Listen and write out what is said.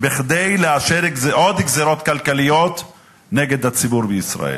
כדי לאשר עוד גזירות כלכליות נגד הציבור בישראל.